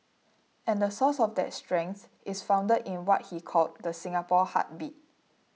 and the source of that strength is founded in what he called the Singapore heartbeat